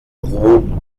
rom